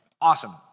Awesome